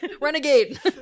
renegade